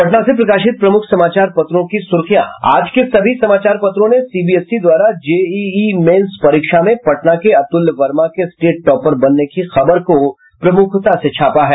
अब पटना से प्रकाशित प्रमुख समाचार पत्रों की सुर्खियां आज के सभी समाचार पत्रों ने सीबीएसई द्वारा जेईई मेंस परीक्षा में पटना के अतुल्य वर्मा के स्टेट टॉपर बनने की खबर को प्रमुखता से छापा है